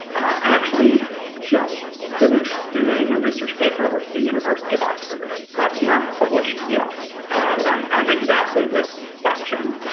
i actually just finished doing a research paper with the university of oxford that's not published yet on on exactly this question